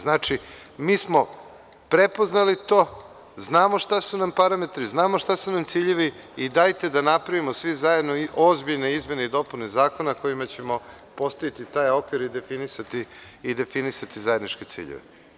Znači, mi smo prepoznali to, znamo šta su nam parametri, znamo šta su nam ciljevi i dajte da napravimo svi zajedno ozbiljne izmene i dopune zakona kojima ćemo postaviti taj okvir i definisati zajedničke ciljeve.